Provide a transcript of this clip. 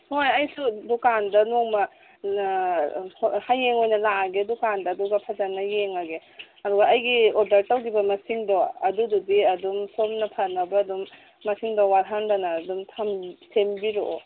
ꯍꯣꯏ ꯑꯩꯁꯨ ꯗꯨꯀꯥꯟꯗ ꯅꯣꯡꯃ ꯍꯌꯦꯡ ꯑꯣꯏꯅ ꯂꯥꯛꯑꯒꯦ ꯑꯗꯨꯀꯥꯟꯗ ꯑꯗꯨꯒ ꯐꯖꯅ ꯌꯦꯡꯉꯒꯦ ꯑꯗꯨꯒ ꯑꯩꯒꯤ ꯑꯣꯗꯔ ꯇꯧꯈꯤꯕ ꯃꯁꯤꯡꯗꯣ ꯑꯗꯨꯗꯨꯒꯤ ꯑꯗꯨꯝ ꯁꯣꯝꯅ ꯐꯅꯕ ꯑꯗꯨꯝ ꯃꯁꯤꯡꯗꯣ ꯋꯥꯠꯍꯟꯗꯅ ꯑꯗꯨꯝ ꯁꯦꯝꯕꯤꯔꯛꯑꯣ